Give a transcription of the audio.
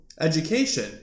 education